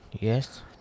Yes